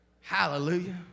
Hallelujah